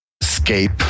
escape